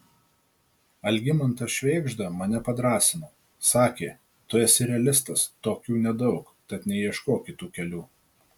algimantas švėgžda mane padrąsino sakė tu esi realistas tokių nedaug tad neieškok kitų kelių